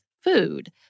food